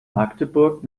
magdeburg